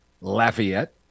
Lafayette